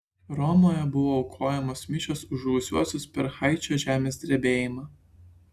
romoje buvo aukojamos mišios už žuvusiuosius per haičio žemės drebėjimą